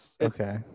Okay